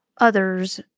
others